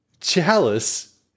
chalice